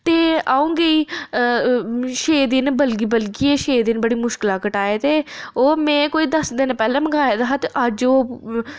ते अ'ऊं गेई अऽ छेह् दिन बलगी बलगियै छेह् दिन बड़ी मुश्कलै कटाए ते ओह् में कोई दस दिन पैह्ले मंगाए दा हा ते अज्ज ओह्